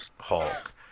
Hulk